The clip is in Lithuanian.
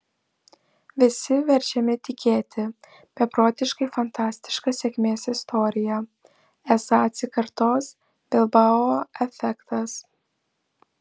visi verčiami tikėti beprotiškai fantastiška sėkmės istorija esą atsikartos bilbao efektas